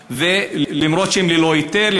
למרות שהן ללא היתר,